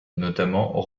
notamment